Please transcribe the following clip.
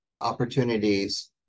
opportunities